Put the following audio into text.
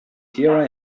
here